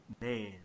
man